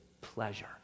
pleasure